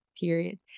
period